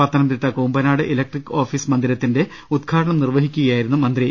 Pathanamthitta Kumbanad electric office മന്ദിര ത്തിന്റെ ഉദ്ഘാടനം നിർവഹിക്കുകയായിരുന്നു അദ്ദേഹം